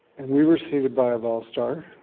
and we were seated by a vol star